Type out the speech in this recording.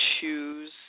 choose